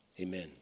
amen